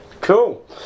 Cool